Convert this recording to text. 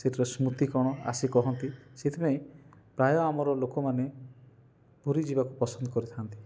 ସେଠାରେ ସ୍ମୃତି କ'ଣ ଆସିକି କହନ୍ତି ସେଥିପାଇଁ ପ୍ରାୟ ଆମର ଲୋକମାନେ ପୁରୀ ଯିବାକୁ ପସନ୍ଦ କରିଥାନ୍ତି